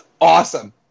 awesome